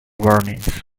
warnings